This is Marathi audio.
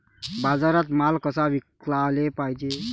बाजारात माल कसा विकाले पायजे?